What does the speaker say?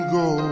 go